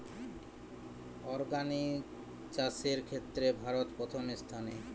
organic চাষের ক্ষেত্রে ভারত প্রথম স্থানে